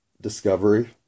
discovery